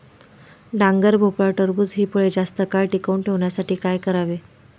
डांगर, भोपळा, टरबूज हि फळे जास्त काळ टिकवून ठेवण्यासाठी काय करावे?